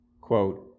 Quote